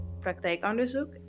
Praktijkonderzoek